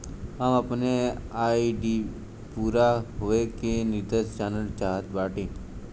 हम अपने आर.डी पूरा होवे के निर्देश जानल चाहत बाटी